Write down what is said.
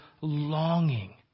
longing